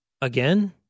again